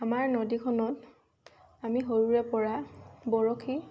আমাৰ নদীখনত আমি সৰুৰে পৰা বৰশী